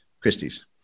Christie's